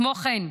כמו כן,